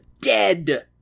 dead